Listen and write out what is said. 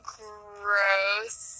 gross